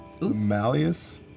Malleus